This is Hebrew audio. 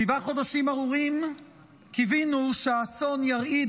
שבעה חודשים ארורים קיווינו שהאסון ירעיד